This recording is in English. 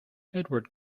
edward